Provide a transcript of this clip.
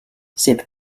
cette